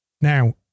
Now